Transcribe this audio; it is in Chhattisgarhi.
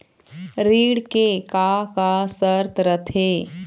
ऋण के का का शर्त रथे?